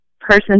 person